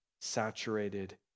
saturated